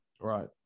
Right